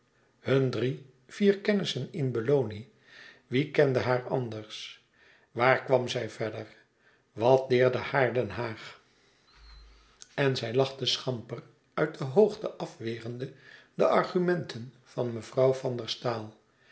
drie vier kennissen in belloni wie kende haar anders waar kwam zij verder wat deerde haar den haag en zij lachte schamper uit de hoogte afwerende de argumenten van mevrouw van der staal